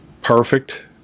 Perfect